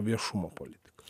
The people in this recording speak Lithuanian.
viešumo politika